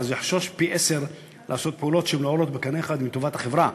ואז הוא יחשוש פי-עשרה לעשות פעולות שלא עולות בקנה אחד עם טובת החברה.